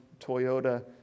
Toyota